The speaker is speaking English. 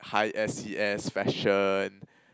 high S_E_S fashion